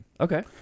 Okay